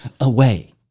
away